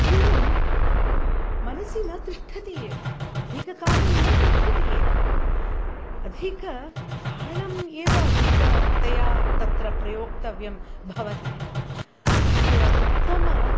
tune मनसि न तिष्ठति एव अधिककालं न तिष्ठति एव अधिक तालम् एव अधिकतया अत्र प्रयोक्तव्यं भवति तस्य उत्तमम्